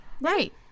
Right